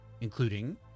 including